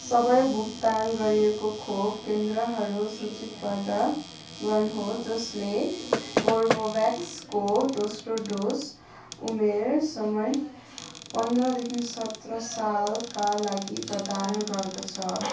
सबै भुक्तान गरिएको खोप केन्द्रहरू सूचीबद्ध गर्नुहोस् जसले कोभाभ्याक्सको दोस्रो डोज उमेर समय पन्ध्रदेखि सत्र सालका लागि प्रदान गर्दछ